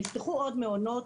נפתחו עוד מעונות,